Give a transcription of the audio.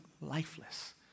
lifeless